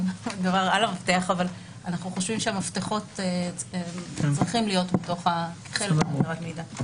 אנחנו חושבים שהמפתחות צריכים להיות כחלק מהגדרת מידע.